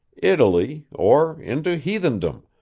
italy, or into heathendom,